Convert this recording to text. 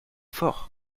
fort